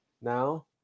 now